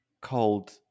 called